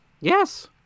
Yes